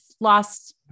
lost